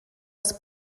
was